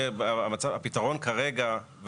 הפתרון כרגע,